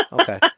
Okay